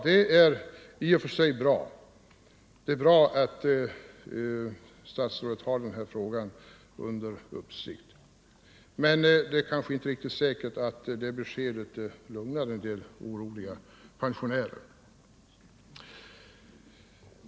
Det är i och för sig bra att statsrådet har frågan under uppsikt, men det är kanske inte riktigt säkert att det beskedet lugnar en del oroliga pensionärer.